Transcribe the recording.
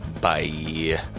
Bye